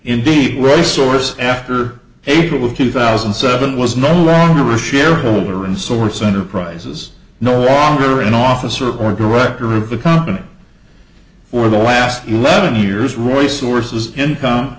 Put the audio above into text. indeed were a source after april of two thousand and seven was no longer a shareholder and source enterprise is no longer an officer or director of the company for the last eleven years roy sources income